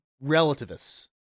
relativists